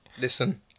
listen